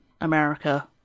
America